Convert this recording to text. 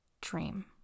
dream